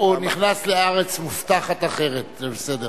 הוא נכנס לארץ מובטחת אחרת, זה בסדר.